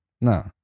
No